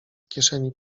kieszeni